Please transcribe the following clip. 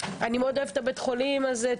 אני מאוד אוהבת את בית החולים הזה.